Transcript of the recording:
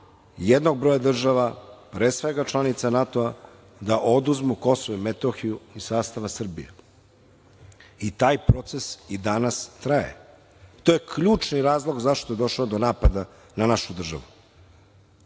jednog broja držav, pre svega članica NATO, da oduzmu KiM iz sastava Srbije i taj proces i dalje traje, i to je ključni razlog zašto je došlo do napada na našu državu.